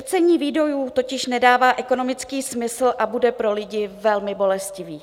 Škrcení výdajů totiž nedává ekonomický smysl a bude pro lidi velmi bolestivé.